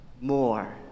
more